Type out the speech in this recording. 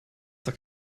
doch